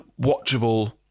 watchable